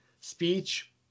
speech